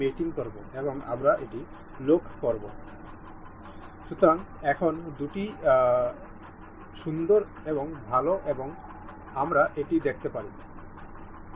সুতরাং এটি ঠিক করার জন্য আমরা ক্র্যাঙ্কশ্যাফট এবং এই ক্র্যাঙ্ক কেসিংয়ের দুটি এজ নির্বাচন করব এবং আমরা এটি মিলিত করব এবং আমরা এই মিনি টুলবারে OK সিলেক্ট করব